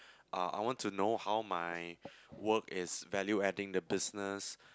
uh I want to know how my work is value adding the business